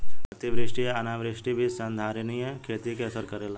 अतिवृष्टि आ अनावृष्टि भी संधारनीय खेती के असर करेला